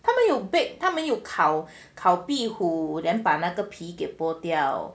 他有 bake 他们有烤壁虎 then 皮把拨掉